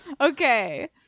Okay